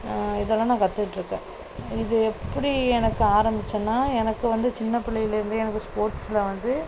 இதெல்லாம் நான் கற்றுட்ருக்கேன் இது எப்படி எனக்கு ஆரமித்தேன்னா எனக்கு வந்து சின்ன பிள்ளைலேருந்தே எனக்கு ஸ்போட்ஸில் வந்து